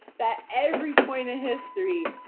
that every point in history,